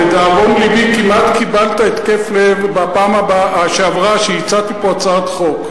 לדאבון לבי כמעט קיבלת התקף לב בפעם שעברה שהצעתי פה הצעת חוק.